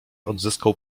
odzyskał